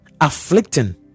afflicting